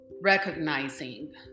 recognizing